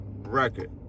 record